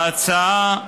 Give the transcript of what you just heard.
בהצעה,